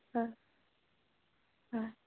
হয় হয়